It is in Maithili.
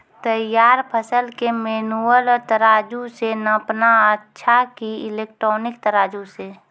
तैयार फसल के मेनुअल तराजु से नापना अच्छा कि इलेक्ट्रॉनिक तराजु से?